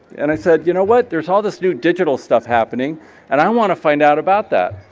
and i said, you know what? there's all this new digital stuff happening and i wanna find out about that.